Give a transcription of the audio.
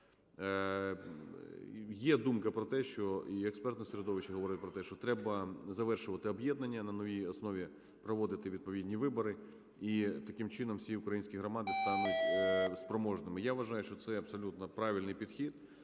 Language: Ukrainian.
Є думка про те, і експертне середовище говорить про те, що треба завершувати об'єднання на новій основі, проводити відповідні вибори і таким чином всі українські громади стануть спроможними. Я вважаю, що це абсолютно правильний підхід.